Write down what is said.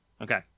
Okay